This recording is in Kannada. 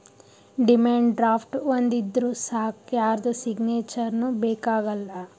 ಡಿಮ್ಯಾಂಡ್ ಡ್ರಾಫ್ಟ್ ಒಂದ್ ಇದ್ದೂರ್ ಸಾಕ್ ಯಾರ್ದು ಸಿಗ್ನೇಚರ್ನೂ ಬೇಕ್ ಆಗಲ್ಲ